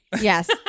Yes